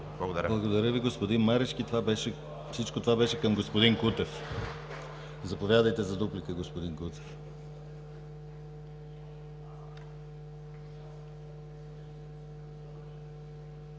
Благодаря Ви, господин Марешки. Всичко това беше към господин Кутев. Заповядайте за дуплика, господин Кутев.